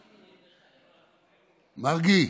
מרגי,